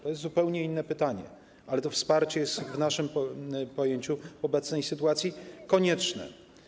To jest zupełnie inne pytanie, ale to wsparcie jest w naszym pojęciu obecnej sytuacji konieczne.